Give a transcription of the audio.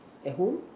at home